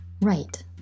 right